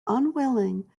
unwilling